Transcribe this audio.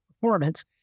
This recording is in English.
performance